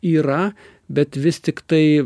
yra bet vis tiktai